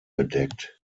bedeckt